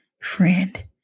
Friend